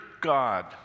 God